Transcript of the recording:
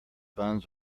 buns